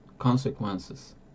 consequences